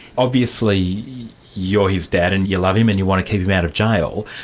obviously you're his dad and you love him and you want to keep him out of jail.